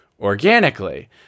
Organically